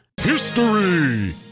history